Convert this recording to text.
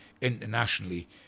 internationally